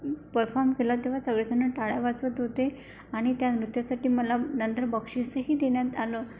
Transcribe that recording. perform केला तेव्हा सगळे जणं टाळ्या वाजवत होते आणि त्या नृत्यासाठी मला नंतर बक्षिसही देण्यात आलं